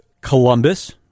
Columbus